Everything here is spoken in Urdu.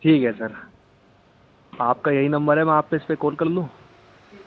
ٹھیک ہے سر آپ کا یہی نمبر ہے میں آپ کو اس پہ کال کر لوں